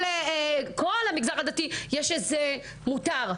כל המגזר הדתי יש איזה מותר.